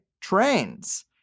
trains